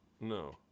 No